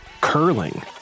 curling